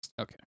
Okay